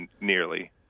nearly